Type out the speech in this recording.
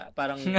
parang